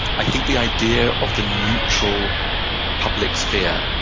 i think the idea of the neutral public sphere,